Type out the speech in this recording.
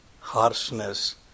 harshness